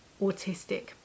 autistic